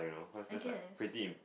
I guess